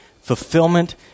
fulfillment